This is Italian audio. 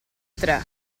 tre